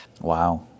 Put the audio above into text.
Wow